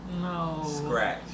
No